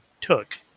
took